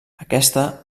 aquesta